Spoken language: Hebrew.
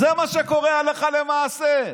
זה מה שקורה הלכה למעשה.